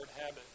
habit